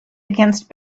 against